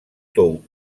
tou